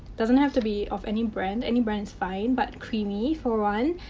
doesn't have to be of any brand, any brand is fine. but, creamy, for one.